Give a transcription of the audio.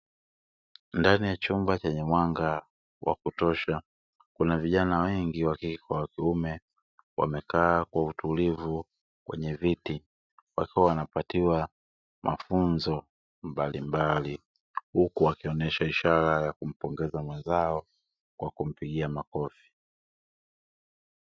Ndani ya chumba chenye mwanga wa kutosha, kuna vijana wengi wa kike kwa wa kiume, wamekaa kwa utulivu kwenye viti, wakiwa wanapatiwa mafunzo mbalimbali, huku wakionyesha ishara ya kumpongeza mwenzao kwa kumpigia makofi.